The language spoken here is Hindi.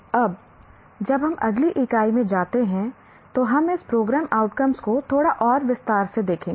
अब जब हम अगली इकाई में जाते हैं तो हम इस प्रोग्राम आउटकम्स को थोड़ा और विस्तार से देखेंगे